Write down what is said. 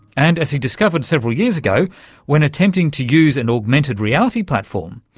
and as he discovered several years ago when attempting to use an augmented reality platform,